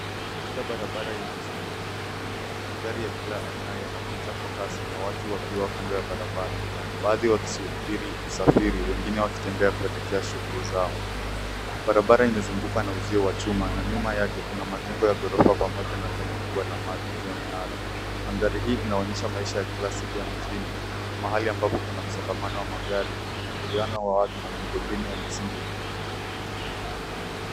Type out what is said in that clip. Katika barabara yenye shughuli nyingi mjini, magari ya kila aina yanapita kwa kasi na watu wakiwa kando ya barabara baadhi wakisuburi usafiri wengine wakitembea kuelekea shughuli zao. Barabara imezungukwa na uzio wa chuma na nyuma yake kuna majengo ya ghorofa na tanki kubwa la maji juu ya mnara. Mandhari hii inaonyesha ishara ya kila siku ya mjini, mahali ambapo kuna msongamano wa magari, uingiliano wa watu na miundombinu ya msingi.